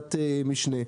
בוועדת המשנה: